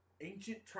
ancient